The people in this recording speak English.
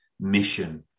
Mission